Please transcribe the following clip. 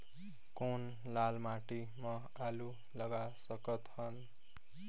कौन लाल माटी म आलू लगा सकत हन?